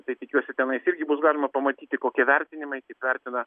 tai tikiuosi tenais irgi bus galima pamatyti kokie vertinimai kaip vertina